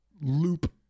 loop